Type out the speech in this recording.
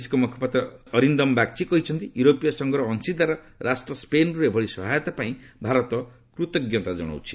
ବୈଦେଶିକ ମୁଖ୍ୟପାତ୍ର ଅରିନ୍ଦମ୍ ବାଗ୍ଚୀ କହିଛନ୍ତି ୟୁରୋପୀୟ ସଂଘର ଅଂଶୀଦାର ରାଷ୍ଟ୍ର ସ୍ୱେନ୍ରୁ ଏଭଳି ସହାୟତା ପାଇଁ ଭାରତ କୃତଜ୍ଞତା ଜଣାଉଛି